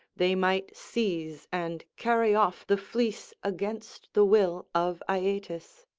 they might seize and carry off the fleece against the will of aeetes.